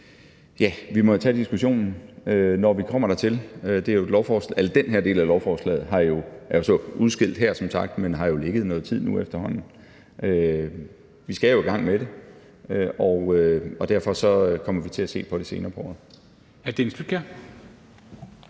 Ja, vi må jo tage diskussionen, når vi kommer dertil. Den her del af lovforslaget er jo så som sagt udskilt her, men det har ligget noget tid nu efterhånden. Vi skal jo i gang med det, og derfor kommer vi til at se på det senere på året.